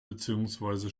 beziehungsweise